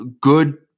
good